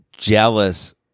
jealous